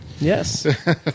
Yes